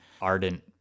ardent